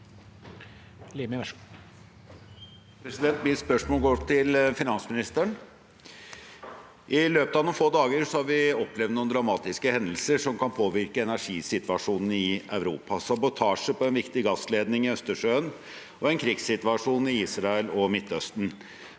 Mitt spørsmål går til finansministeren. I løpet av noen få dager har vi opplevd noen dramatiske hendelser som kan påvirke energisituasjonen i Europa – sabotasje på en viktig gassledning i Østersjøen og en krigssituasjon i Israel og Midtøsten.